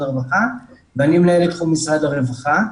הרווחה ואני מנהל את תחום משרד הרווחה.